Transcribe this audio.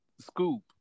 scoop